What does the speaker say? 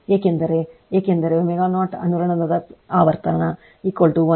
ಏಕೆಂದರೆ ಏಕೆಂದರೆ ω0 ಅನುರಣನ ಆವರ್ತನ 1 √LC